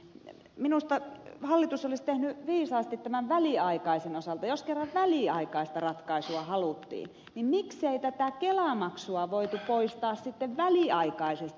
minusta hallitus olisi tehnyt viisaasti tämän väliaikaisen osalta jos kerran väliaikaista ratkaisua haluttiin jos se olisi kelamaksun poistanut sitten väliaikaisesti